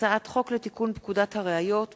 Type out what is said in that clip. הצעת חוק לתיקון פקודת הראיות (מס'